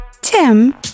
Tim